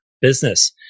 business